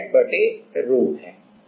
अब यह Strain है